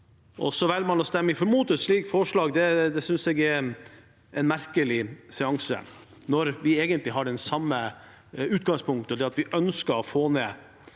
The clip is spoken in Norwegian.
man så velger å stemme mot et slikt forslag, synes jeg er en merkelig seanse når vi egentlig har det samme utgangspunktet: at vi ønsker å få ned